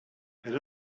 and